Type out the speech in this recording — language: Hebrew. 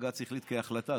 שבג"ץ החליט כהחלטה,